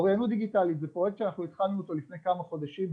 אוריינות דיגיטלית הוא פרויקט שהתחלנו אותו לפני כמה חודשים,